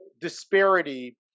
disparity